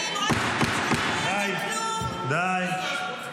די, די.